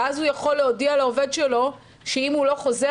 ואז הוא יכול להודיע לעובד שלו שאם הוא לא חוזר